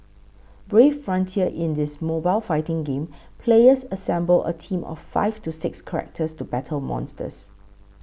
Brave Frontier In this mobile fighting game players assemble a team of five to six characters to battle monsters